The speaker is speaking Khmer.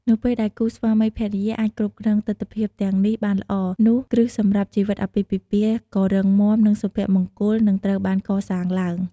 នៅពេលដែលគូស្វាមីភរិយាអាចគ្រប់គ្រងទិដ្ឋភាពទាំងនេះបានល្អ នោះគ្រឹះសម្រាប់ជីវិតអាពាហ៍ពិពាហ៍ក៏រឹងមាំ និងសុភមង្គលនឹងត្រូវបានកសាងឡើង។